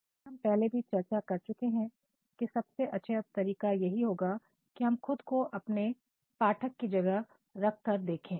जैसा कि हम पहले भी चर्चा कर चुके हैं कि सबसे अच्छा तरीका यह होगा कि हम खुद को अपने पाठक की जगह रख कर देखें